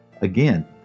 Again